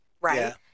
right